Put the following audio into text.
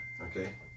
Okay